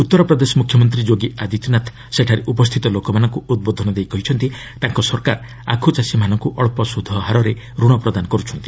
ଉତ୍ତରପ୍ରଦେଶ ମୁଖ୍ୟମନ୍ତ୍ରୀ ଯୋଗୀ ଆଦିତ୍ୟନାଥ ସେଠାରେ ଉପସ୍ଥିତ ଲୋକମାନଙ୍କୁ ଉଦ୍ବୋଧନ ଦେଇ କହିଛନ୍ତି ତାଙ୍କ ସରକାର ଆଖୁଚାଷୀମାନଙ୍କୁ ଅଞ୍ଚ ସୁଧ ହାରରେ ଋଣ ପ୍ରଦାନ କରୁଛନ୍ତି